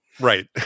Right